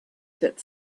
that